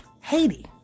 Haiti